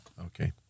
Okay